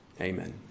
Amen